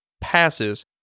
passes